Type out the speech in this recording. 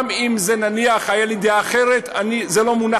גם אם, נניח, הייתה לי דעה אחרת, זה לא מונח